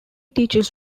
teaches